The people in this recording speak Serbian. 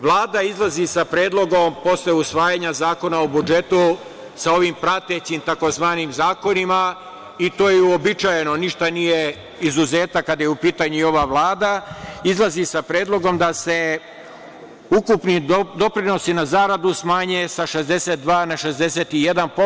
Vlada izlazi sa predlogom posle usvajanja Zakona o budžetu sa ovim pratećim tzv. zakonima i to je uobičajeno, ništa nije izuzetak kada je u pitanju ova Vlada, izlazi sa predlogom da se ukupni doprinosi na zaradu smanje sa 62 na 61%